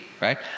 right